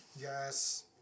yes